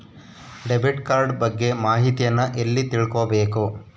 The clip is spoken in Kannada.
ಡೆಬಿಟ್ ಕಾರ್ಡ್ ಬಗ್ಗೆ ಮಾಹಿತಿಯನ್ನ ಎಲ್ಲಿ ತಿಳ್ಕೊಬೇಕು?